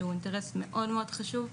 שהוא אינטרס מאוד מאוד חשוב,